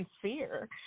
sincere